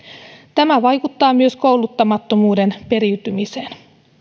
tämä vaikuttaa myös kouluttamattomuuden periytymiseen